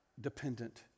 dependent